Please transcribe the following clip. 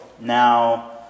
now